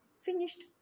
finished